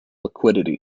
liquidity